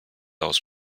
aus